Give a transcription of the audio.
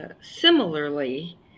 similarly